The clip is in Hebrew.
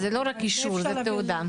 זה לא רק אישור, זו תעודה.